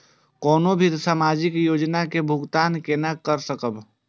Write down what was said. कोनो भी सामाजिक योजना के भुगतान केना कई सकब?